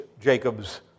Jacob's